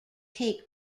take